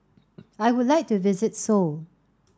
I would like to visit Seoul